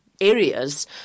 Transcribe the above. areas